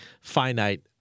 finite